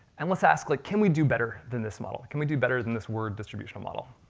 and let's ask, like can we do better than this model? can we do better than this word distribution model?